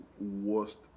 worst